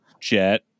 jet